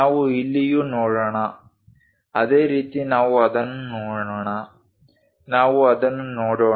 ನಾವು ಇಲ್ಲಿಯೂ ನೋಡೋಣ ಅದೇ ರೀತಿ ನಾವು ಅದನ್ನು ನೋಡೋಣ ನಾವು ಅದನ್ನು ನೋಡೋಣ